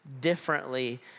differently